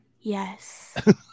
Yes